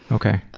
okay.